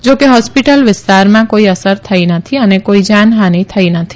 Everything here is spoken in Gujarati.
જા કે હોસ્પીટલ વિસ્તારમાં કોઇ અસર થઇ નથી અને કોઇ જાનહાની થઇ નથી